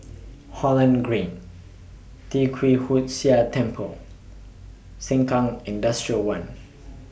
Holland Green Tee Kwee Hood Sia Temple Sengkang Industrial one